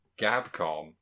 Gabcom